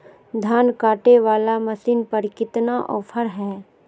धान कटे बाला मसीन पर कितना ऑफर हाय?